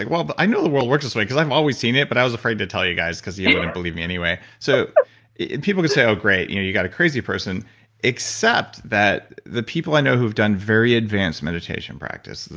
like well, but i know the world works this way because i've always seen it, but i was afraid to tell you guys because you you wouldn't believe me anyway. so people could say oh, great, you know you got a crazy person except the people i know who've done very advanced meditation practice,